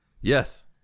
Yes